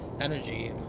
Energy